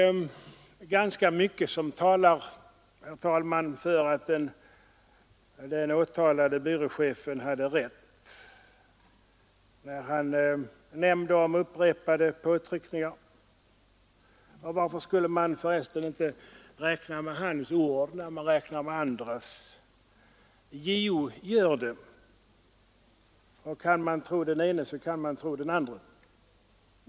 Det är ganska mycket som talar för att den åtalade byråchefen hade rätt när han nämnde om upprepade påtryckningar. Och varför skulle man för resten inte räkna med hans ord när man räknar med andras? JO gör det. Kan man tro den ene så kan man tro den andre.